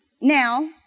now